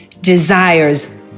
desires